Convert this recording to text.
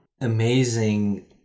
amazing